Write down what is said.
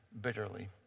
bitterly